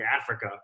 Africa